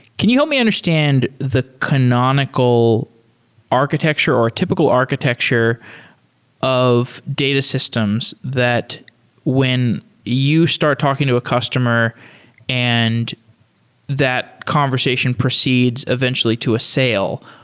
can you help me understand the canonical architecture or a typical architecture of data systems that when you start talking to a customer and that conversation proceeds eventually to a sale,